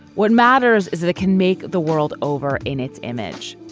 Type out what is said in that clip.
what matters is it can make the world over in its image.